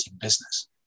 business